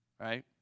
Right